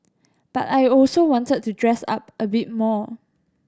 but I also wanted to dress up a bit more